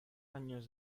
años